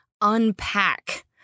unpack